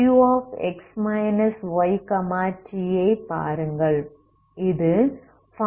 Qx yt ஐ பாருங்கள்